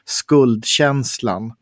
skuldkänslan